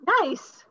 Nice